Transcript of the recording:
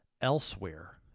elsewhere